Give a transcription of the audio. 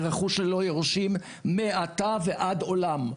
לרכוש שלא היורשים מעתה ועד עולם,